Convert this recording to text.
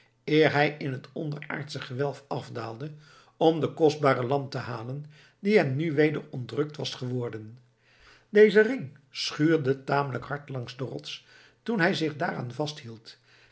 hij in het onderaardsche gewelf afdaalde om de kostbare lamp te halen die hem nu weder ontrukt was geworden dezen ring schuurde tamelijk hard langs de rots toen hij zich daaraan vasthield